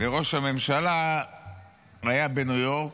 וראש הממשלה היה בניו יורק,